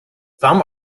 some